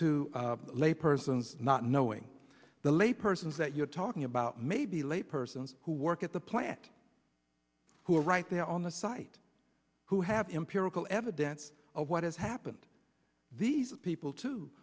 to lay persons not knowing the lay persons that you're talking about maybe lay persons who work at the plant who are right there on the site who have empirical evidence of what has happened these people to